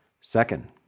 Second